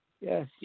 yes